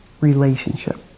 relationship